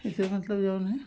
इसे मतलब जो है